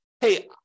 hey